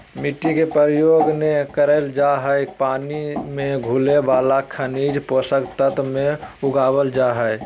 मिट्टी के प्रयोग नै करल जा हई पानी मे घुले वाला खनिज पोषक तत्व मे उगावल जा हई